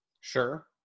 Sure